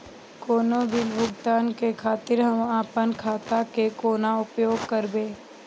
कोनो बील भुगतान के खातिर हम आपन खाता के कोना उपयोग करबै?